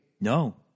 No